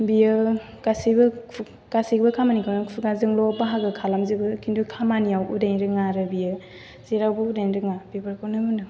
बियो गासैबो खामानिखौनो खुगाजोंल' बाहागो खालामजोबो खिन्थु खामानियाव उदायनो रोङा आरो बियो जेरावबो उदायनो रोङा बेफोरखौनो होनदों